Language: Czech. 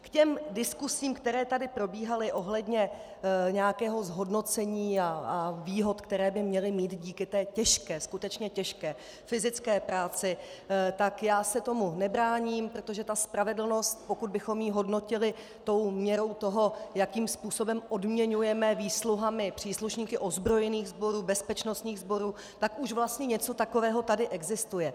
K těm diskusím, které tady probíhaly ohledně nějakého zhodnocení a výhod, které by měli mít díky té těžké, skutečně těžké fyzické práci, tak já se tomu nebráním, protože ta spravedlnost, pokud bychom ji hodnotili měrou toho, jakým způsobem odměňujeme výsluhami příslušníky ozbrojených sborů, bezpečnostních sborů, tak už vlastně něco takového tady existuje.